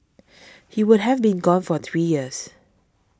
he would have been gone for three years